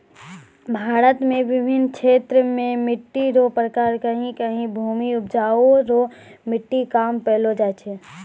भारत मे बिभिन्न क्षेत्र मे मट्टी रो प्रकार कहीं कहीं भूमि उपजाउ रो मट्टी कम पैलो जाय छै